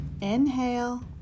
inhale